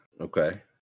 Okay